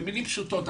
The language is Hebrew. במילים פשוטות,